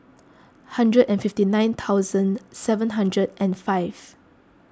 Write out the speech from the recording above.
hundred and fifty nine seven hundred and five